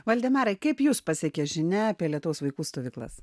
valdemarai kaip jus pasiekė žinia apie lietaus vaikų stovyklas